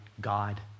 God